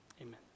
amen